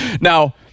Now